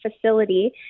facility